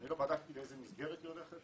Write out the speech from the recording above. לא בדקתי לאיזו מסגרת היא הולכת